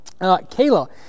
Kayla